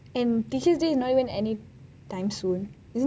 and teacher's day is not even anytime soon isn't it like freaking september